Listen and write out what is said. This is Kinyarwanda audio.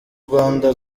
rwanda